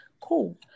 cool